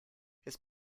his